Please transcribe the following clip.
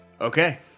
Okay